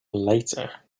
later